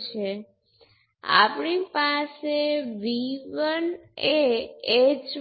સાથે આગળ વધો